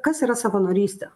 kas yra savanorystė